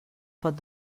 pot